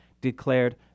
declared